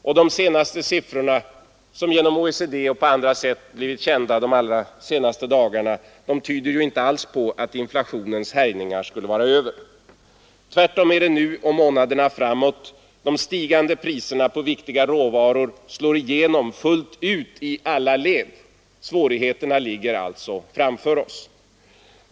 De aktuellaste siffrorna, som genom OECD eller på annat sätt blivit kända under de senaste dagarna, tyder inte på att inflationens härjningar är över. Tvärtom är det nu och månaderna framåt som de stigande priserna på viktiga råvaror slår igenom fullt ut i alla led. Svårigheterna ligger alltså framför oss.